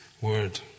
word